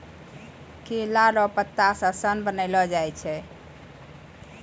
केला लो पत्ता से सन बनैलो जाय छै